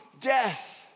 death